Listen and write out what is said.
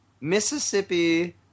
Mississippi